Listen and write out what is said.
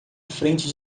frente